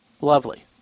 Lovely